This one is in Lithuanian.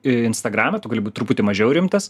instagrame tu gali būt truputį mažiau rimtas